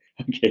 Okay